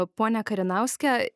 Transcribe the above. ponią karinauskę